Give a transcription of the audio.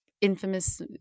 infamous